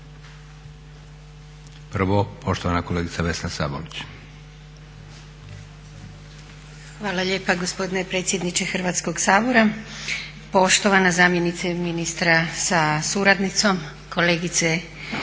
Sabolić. **Sabolić, Vesna (Reformisti)** Hvala lijepa gospodine predsjedniče Hrvatskoga sabora, poštovana zamjenice ministra sa suradnicom, kolegice